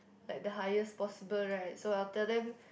like the highest possible right so I will tell them